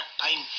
time